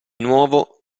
nuovo